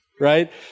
Right